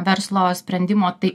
verslo sprendimo tai